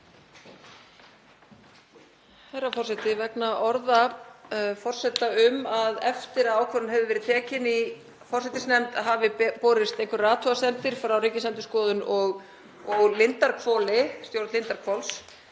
Herra forseti. Vegna orða forseta um að eftir að ákvörðun hefur verið tekin í forsætisnefnd hafi borist einhverjar athugasemdir frá Ríkisendurskoðun og Lindarhvoli, stjórn Lindarhvols,